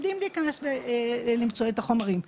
הם יודעים להיכנס ולמצוא את החומרים.